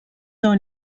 dans